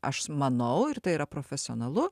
aš manau ir tai yra profesionalu